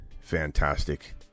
fantastic